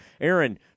Aaron